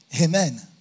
Amen